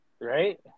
right